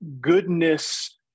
goodness